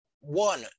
One